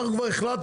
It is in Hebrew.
אנחנו כבר החלטנו,